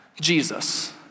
Jesus